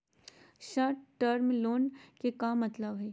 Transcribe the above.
Short term loan के का मतलब हई?